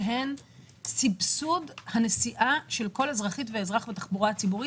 שהן סבסוד הנסיעה של כל אזרחית ואזרח בתחבורה הציבורית,